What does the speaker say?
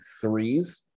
threes